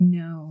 no